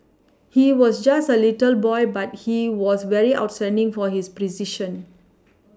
he was just a little boy but he was very outstanding for his precision